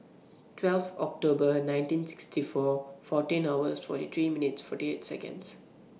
twelve October nineteen sixty four fourteen hours forty three minutes forty eight Seconds